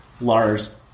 Lars